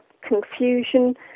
confusion